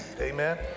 amen